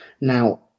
now